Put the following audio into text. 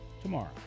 tomorrow